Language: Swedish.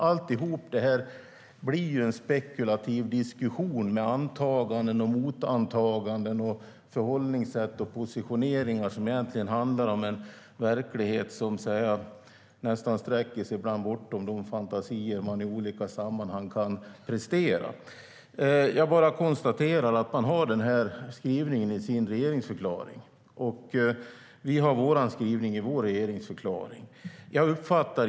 Allt detta blir en spekulativ diskussion med antaganden, motantaganden, förhållningssätt och positioneringar som handlar om en verklighet som nästan sträcker sig bortom de fantasier man kan prestera i olika sammanhang. Jag konstaterar bara att Finland har den skrivningen i sin regeringsförklaring. Och vi har vår skrivning i vår regeringsförklaring.